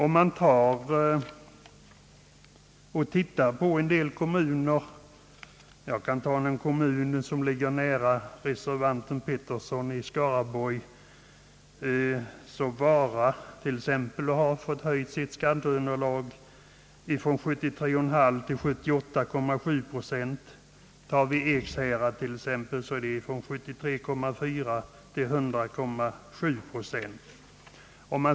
Jag kan såsom exempel ta en kommun, som ligger nära reservanten herr Harald Petterssons hemort i Skaraborgs län, nämligen Vara. Denna kommun har fått skatteunderlaget höjt från 73,5 procent till 78,7 procent. Ekshärads kommun har fått sitt skatteunderlag höjt från 73,4 procent till 100,7 procent.